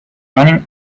running